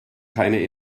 keine